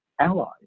allies